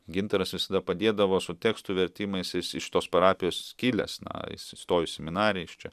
gintaras visada padėdavo su tekstų vertimais jis iš šitos parapijos kilęs na jis įstojo į seminariją iš čia